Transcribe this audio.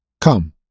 come